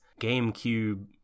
GameCube